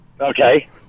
Okay